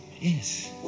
Yes